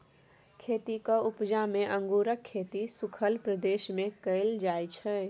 खेतीक उपजा मे अंगुरक खेती सुखल प्रदेश मे कएल जाइ छै